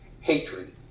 hatred